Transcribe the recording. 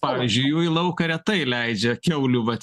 pavyzdžiui jų į lauką retai leidžia kiaulių vat